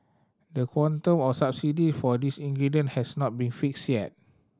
the quantum of subsidy for these ingredient has not been fixed yet